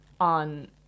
on